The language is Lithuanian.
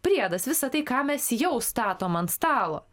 priedas visa tai ką mes jau statom ant stalo